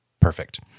perfect